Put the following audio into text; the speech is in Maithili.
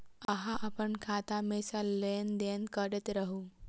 अहाँ अप्पन खाता मे सँ लेन देन करैत रहू?